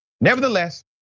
Nevertheless